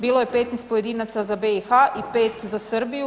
Bilo je 15 pojedinaca za BiH i 5 za Srbiju.